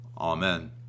Amen